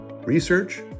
research